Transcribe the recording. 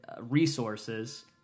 resources